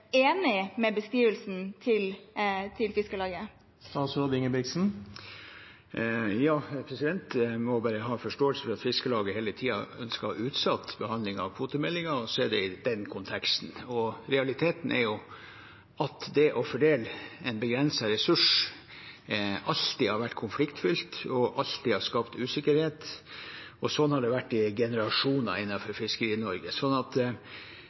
enig i beskrivelsen til Fiskarlaget? Man må bare ha forståelse for at Fiskarlaget hele tiden ønsket å utsette behandlingen av kvotemeldingen – det er i den konteksten. Realiteten er jo at det å fordele en begrenset ressurs alltid har vært konfliktfylt og alltid har skapt usikkerhet. Sånn har det vært i generasjoner innenfor Fiskeri-Norge. Det korte svaret på dette er at